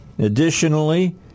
Additionally